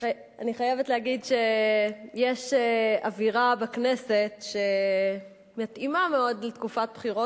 אני חייבת להגיד שיש בכנסת אווירה שמתאימה מאוד לתקופת בחירות